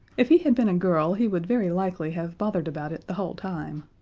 if he had been a girl he would very likely have bothered about it the whole time.